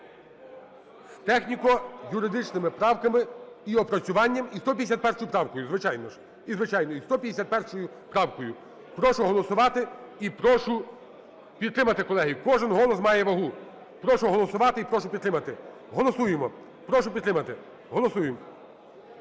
з техніко-юридичними правками і опрацюванням. І 151 правкою, звичайно ж. І звичайно, і 151 правкою. Прошу голосувати і прошу підтримати, колеги. Кожен голос має вагу. Прошу голосувати і прошу підтримати. Голосуємо. Прошу підтримати. Голосуємо.